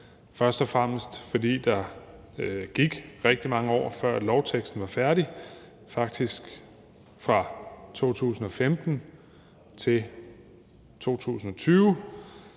først og fremmest fordi der gik rigtig mange år, før lovteksten var færdig – faktisk fra 2015 til 2020.